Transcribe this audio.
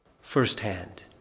firsthand